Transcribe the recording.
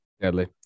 Deadly